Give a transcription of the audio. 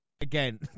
Again